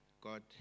God